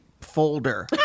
folder